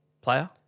player